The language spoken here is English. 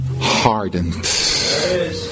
hardened